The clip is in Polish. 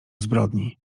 zbrodni